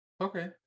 okay